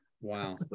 Wow